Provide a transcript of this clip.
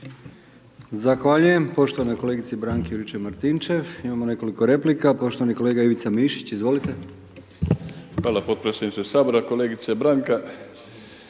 Zahvaljujem poštovanoj kolegici Branki Juričev-Martinčev. Imamo nekoliko replika, poštovani kolega Ivica Mišić, izvolite. **Mišić, Ivica (Nezavisni)** Hvala